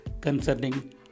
concerning